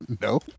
no